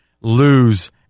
lose